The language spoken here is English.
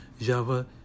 Java